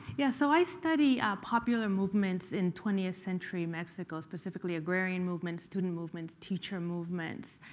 yeah so i study popular movements in twentieth century mexico, specifically agrarian movements, student movements, teacher movements.